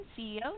CEO